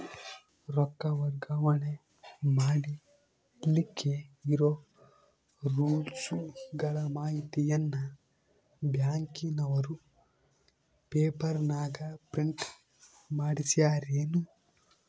ರೊಕ್ಕ ವರ್ಗಾವಣೆ ಮಾಡಿಲಿಕ್ಕೆ ಇರೋ ರೂಲ್ಸುಗಳ ಮಾಹಿತಿಯನ್ನ ಬ್ಯಾಂಕಿನವರು ಪೇಪರನಾಗ ಪ್ರಿಂಟ್ ಮಾಡಿಸ್ಯಾರೇನು?